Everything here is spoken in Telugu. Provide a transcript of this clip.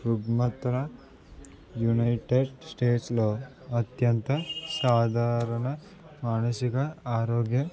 రుగ్మత యునైటెడ్ స్టేట్స్లో అత్యంత సాధారణ మానసిక ఆరోగ్య